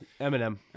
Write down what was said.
Eminem